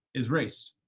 is race.